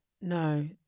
No